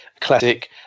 classic